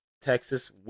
Texas